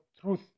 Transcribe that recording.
truth